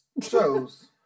shows